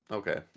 okay